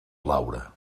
laura